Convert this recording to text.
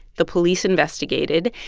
the police investigated,